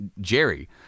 Jerry